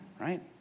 Right